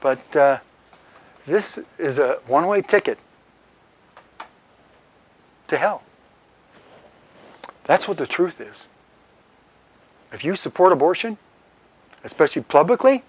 but this is a one way ticket to hell that's what the truth is if you support abortion especially publicly